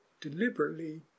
deliberately